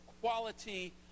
quality